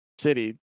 city